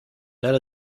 that